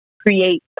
create